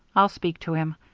i'll speak to him.